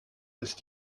ist